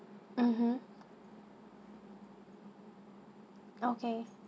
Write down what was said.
mmhmm okay